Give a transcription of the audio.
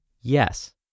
yes